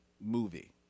movie